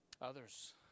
others